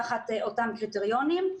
תחת אותם קריטריונים.